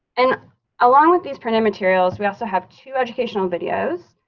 and along with these printed materials we also have two educational videos,